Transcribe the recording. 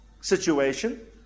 situation